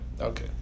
Okay